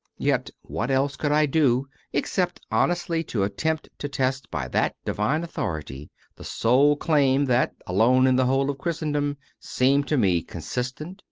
yet what else could i do except honestly to attempt to test by that divine authority the sole claim that, alone in the whole of christendom, seemed to me consistent,